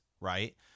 Right